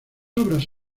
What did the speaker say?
obras